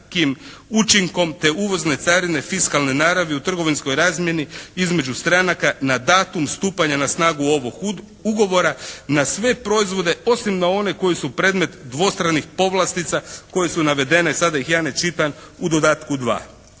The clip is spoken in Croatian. učinkom te uvozne carine fiskalne naravi u trgovinskoj razmjeni između stranaka na datum stupanja na snagu ovog ugovora na sve proizvode osim na one koji su predmet dvostranih povlastica koje su navedene sada da ih ja ne čitam, u dodatku 2.